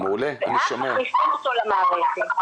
ואז מכניסים אותו למערכת.